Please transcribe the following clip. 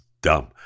Dumb